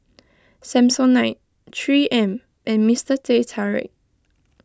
Samsonite three M and Mister Teh Tarik